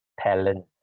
talent